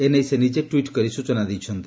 ଏ ନେଇ ସେ ନିଜେ ଟୁଇଟ୍ କରି ସ୍ଚନା ଦେଇଛନ୍ତି